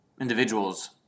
individuals